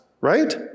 right